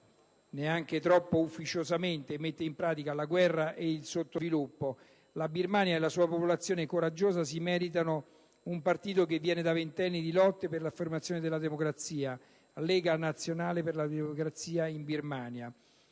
neanche troppo ufficiosamente, mette in pratica la guerra e il sottosviluppo. La Birmania e la sua popolazione coraggiosa si meritano un partito che viene da un ventennio di lotte per l'affermazione della democrazia: Lega nazionale per la democrazia in Birmania,